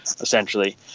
essentially